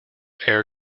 air